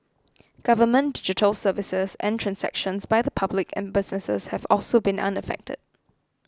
government digital services and transactions by the public and businesses have also been unaffected